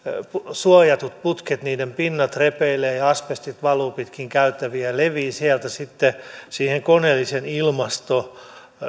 suojattujen putkien pinnat repeilevät ja asbestit valuvat pitkin käytäviä ja leviävät sieltä sitten siihen koneelliseen ilmastointiin